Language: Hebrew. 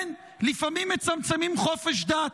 כן, לפעמים מצמצמים חופש דת,